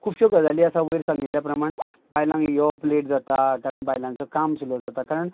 खुबश्यो गजाली आसा वयर सांगिल्ल्या प्रमाण बायलांक येवोप लेट जाता कारण बायलांचो काम सुलो जाता कारण